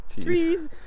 trees